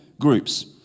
Groups